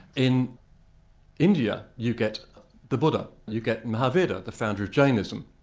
in india you get the buddha, you get mahvira, the founder of jainism.